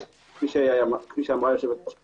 כפי שאמרה יושבת-ראש הוועדה,